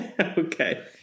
Okay